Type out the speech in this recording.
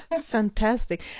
fantastic